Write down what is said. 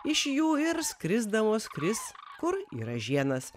iš jų ir skrisdamos kris kur į ražienas